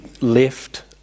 left